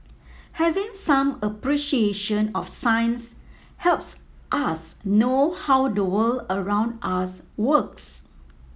having some appreciation of science helps us know how the world around us works